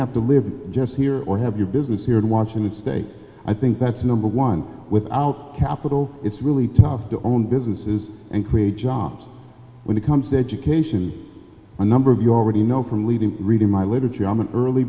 have to live just here or have your business here in washington state i think that's number one without capital it's really tough to own businesses and create jobs when it comes to education a number of your ready know from reading reading my literature i'm an early